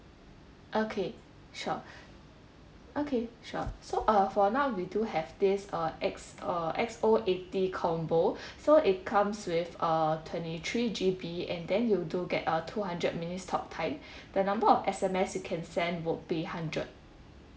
okay sure okay sure so uh for now we do have this err X uh X O eighty combo so it comes with a twenty three G_B and then you do get a two hundred minutes talk time the number of S_M_S you can send would be hundred